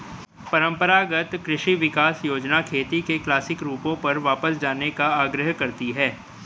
परम्परागत कृषि विकास योजना खेती के क्लासिक रूपों पर वापस जाने का आग्रह करती है